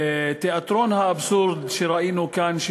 תיאטרון האבסורד שראינו כאן,